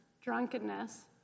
drunkenness